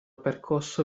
percosso